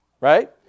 Right